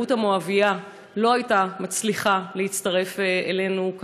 רות המואבייה לא הייתה מצליחה להצטרף אלינו,